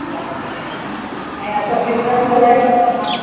अच्छा अच्छा ऐं कंप्यूटर सां गॾु हा